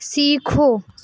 सीखो